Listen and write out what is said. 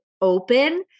open